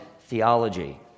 theology